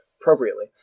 appropriately